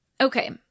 Okay